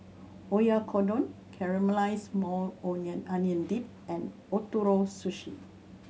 Oyakodon Caramelized Maui Onion Dip and Ootoro Sushi